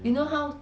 you know how